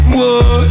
Whoa